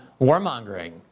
warmongering